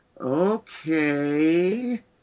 okay